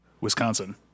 Wisconsin